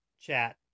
chat